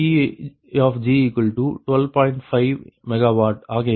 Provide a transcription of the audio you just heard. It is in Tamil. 5 MW ஆகையால் CPg222